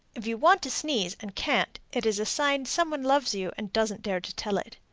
if you want to sneeze and can't, it is a sign some one loves you, and doesn't dare to tell it.